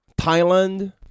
Thailand